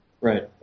Right